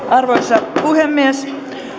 arvoisa puhemies